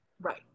Right